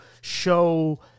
show